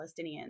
Palestinians